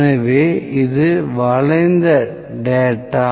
எனவே இது வளைந்த டேட்டா